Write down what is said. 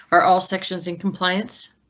are all sections in compliance?